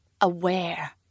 Aware